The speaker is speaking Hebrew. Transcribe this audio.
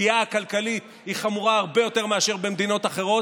הפגיעה הכלכלית חמורה הרבה יותר מאשר במדינות אחרות,